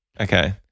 Okay